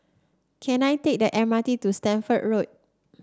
can I take the M R T to Stamford Road